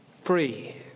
Free